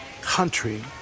country